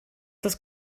das